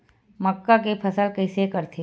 मक्का के फसल कइसे करथे?